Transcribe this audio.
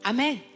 Amen